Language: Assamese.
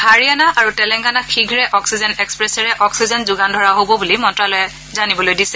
হাৰিয়ানা আৰু তেলেংগানাক শীঘে অক্সিজেন এক্সপ্ৰেছেৰে অক্সিজেন যোগান ধৰা হব বুলি মন্ত্ৰ্যালয়ে জানিবলৈ দিছে